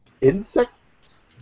insects